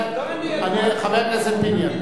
שנתיים, חבר הכנסת איוב קרא.